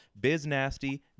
Biznasty